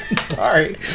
Sorry